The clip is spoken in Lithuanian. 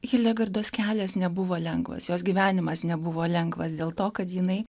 hildegardos kelias nebuvo lengvas jos gyvenimas nebuvo lengvas dėl to kad jinai